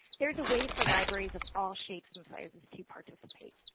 there is a way for libraries of all shapes and sizes to participate.